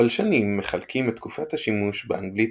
בלשנים מחלקים את תקופת השימוש באנגלית